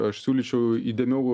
aš siūlyčiau įdėmiau